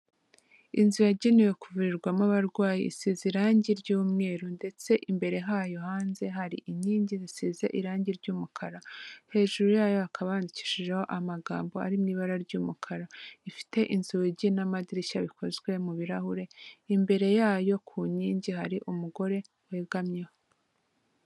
Inzu yagenewe kuvurirwamo abarwayi isize irangi ry'umweru, ndetse imbere hayo hanze hari inkingi zisize irangi ry'umukara, hejuru yayo hakaba handikishijeho amagambo ari mu ibara ry'umukara, ifite inzugi n'amadirishya bikozwe mu birahure, imbere yayo ku nkingi hari umugore wegamyeho.